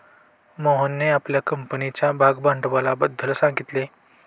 मोहनने आपल्या कंपनीच्या भागभांडवलाबद्दल सांगितले